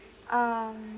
um